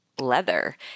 leather